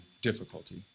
difficulty